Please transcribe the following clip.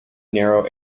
narrow